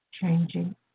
changing